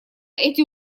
эти